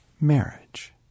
Marriage